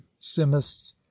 simists